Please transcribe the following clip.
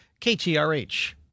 ktrh